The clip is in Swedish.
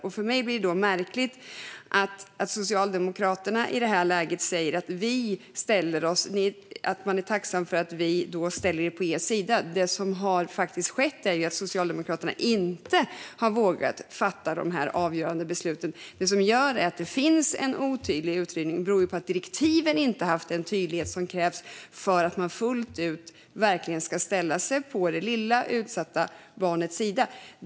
Därför blir det märkligt för mig att Socialdemokraterna i det här läget säger att de är tacksamma för att vi ställer oss på deras sida, när det som faktiskt har skett är att Socialdemokraterna inte har vågat fatta de här avgörande besluten. Att utredningen är otydlig beror ju på att direktiven inte har haft den tydlighet som krävs för att man fullt ut verkligen ska ställa sig på det lilla utsatta barnets sida.